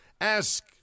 Ask